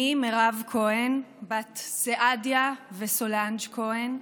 אני, מירב כהן, בת סעדיה וסולנג' כהן,